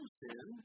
sin